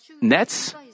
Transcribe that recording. Nets